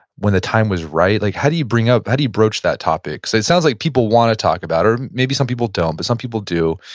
when the time was right. like how do you bring up, how do you broach that topic? so, it sounds like people want to talk about it, or maybe some people don't, but some people do.